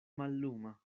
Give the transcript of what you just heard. malluma